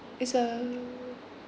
it's a